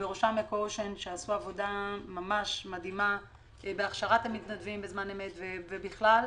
בראשן אקואושן שעשו עבודה מדהימה בהכשרת המתנדבים בזמן אמת ובכלל,